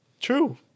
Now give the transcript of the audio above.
True